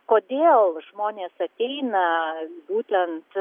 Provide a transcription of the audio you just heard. kodėl žmonės ateina būtent